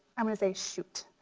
i mean say shoot.